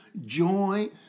joy